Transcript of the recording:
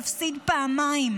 יפסיד פעמיים,